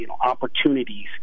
opportunities